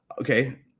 okay